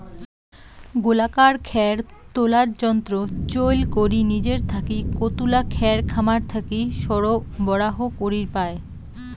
গোলাকার খ্যার তোলার যন্ত্র চইল করি নিজের থাকি কতুলা খ্যার খামার থাকি সরবরাহ করির পায়?